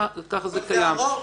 אבל אנחנו הרוב.